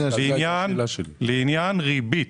כלומר לעניין ריבית,